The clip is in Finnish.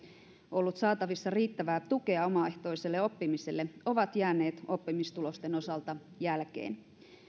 ollut saatavissa riittävää tukea omaehtoiselle oppimiselle ovat jääneet oppimistulosten osalta jälkeen